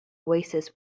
oasis